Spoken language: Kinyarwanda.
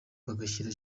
bagashyira